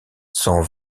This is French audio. sont